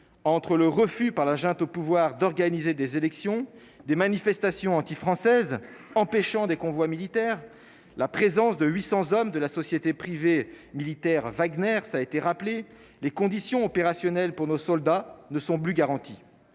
entre le refus par la junte au pouvoir, d'organiser des élections, des manifestations anti-françaises, empêchant des convois militaires, la présence de 800 hommes de la société privée militaire Wagner ça été rappelé les conditions opérationnelles pour nos soldats ne sont plus garantis